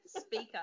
speaker